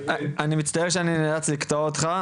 אני מצטער שאני נאלץ לקטוע אותך.